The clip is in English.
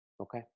Okay